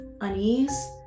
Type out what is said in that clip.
unease